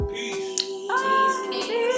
Peace